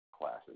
classes